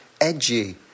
edgy